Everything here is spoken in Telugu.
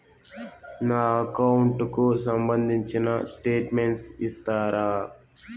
నా అకౌంట్ కు సంబంధించిన స్టేట్మెంట్స్ ఇస్తారా